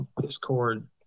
Discord